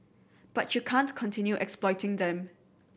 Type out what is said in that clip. but you can't continue exploiting them